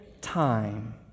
time